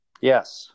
Yes